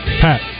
Pat